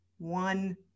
one